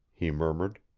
he murmured.